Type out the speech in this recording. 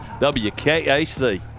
WKAC